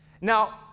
Now